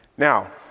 Now